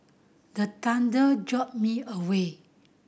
the thunder jolt me awake